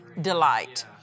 delight